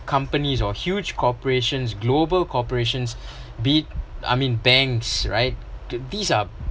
companies or huge corporations global corporations be it I mean banks right these are